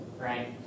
right